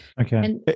Okay